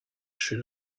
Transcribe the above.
should